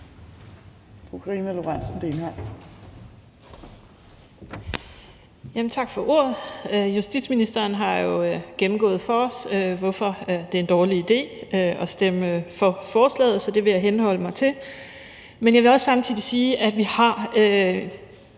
Tak for ordet. Justitsministeren har jo gennemgået for os, hvorfor det er en dårlig idé at stemme for forslaget, så det vil jeg henholde mig til. Men jeg vil samtidig også sige, at vi har